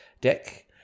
deck